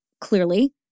clearly